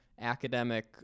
academic